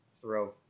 throw